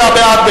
39 בעד,